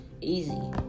Easy